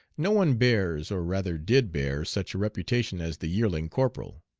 no one bears, or rather did bear, such a reputation as the yearling corporal.